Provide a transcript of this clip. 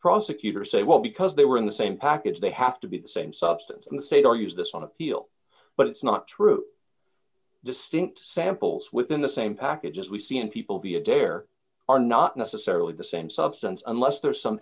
prosecutors say well because they were in the same package they have to be the same substance in the state or use this on appeal but it's not true distinct samples within the same packages we see in people via their are not necessarily the same substance unless there's some